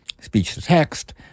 speech-to-text